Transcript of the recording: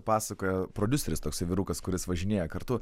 pasakojo prodiuseris toksai vyrukas kuris važinėja kartu